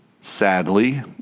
sadly